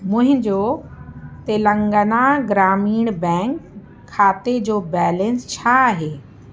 मुंहिंजो तेलंगना ग्रामीण बैंक खाते जो बैलेंस छा आहे